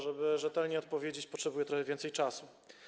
Żeby rzetelnie odpowiedzieć, potrzebuję trochę więcej czasu.